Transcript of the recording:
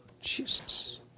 Jesus